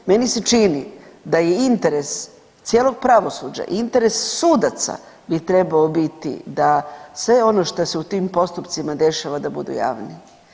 Meni se čini da je interes cijelog pravosuđa i interes sudaca bi trebao biti da sve ono što se u tim postupcima dešava da budu javni.